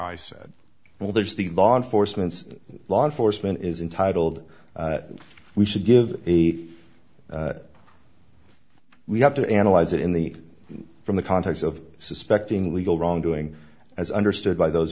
i said well there's the law enforcement law enforcement is entitled we should give a we have to analyze it in the from the context of suspecting legal wrongdoing as understood by those